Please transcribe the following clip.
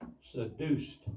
Seduced